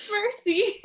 mercy